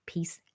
Peace